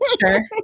Sure